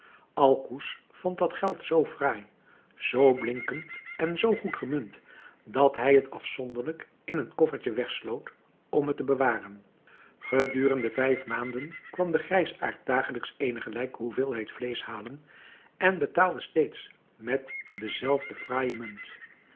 alcouz vond dat geld zoo fraai zoo blinkend en zoo goed gemunt dat hij het afzonderlijk in een koffertje wegsloot om het te bewaren gedurende vijf maanden kwam de grijsaard dagelijks eene gelijke hoeveelheid vleesch halen en betaalde steeds met de zelfde fraaije munt